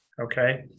okay